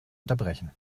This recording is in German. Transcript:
unterbrechen